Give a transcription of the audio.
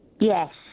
Yes